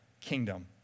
kingdom